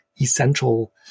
essential